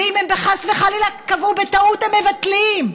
ואם הם חס וחלילה קבעו בטעות, הם מבטלים,